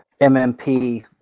MMP